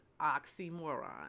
oxymoron